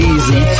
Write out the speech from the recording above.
Easy